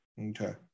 Okay